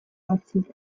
batzuk